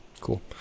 Cool